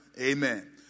Amen